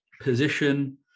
position